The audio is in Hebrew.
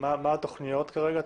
מה התוכנית כרגע?